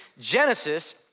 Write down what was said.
Genesis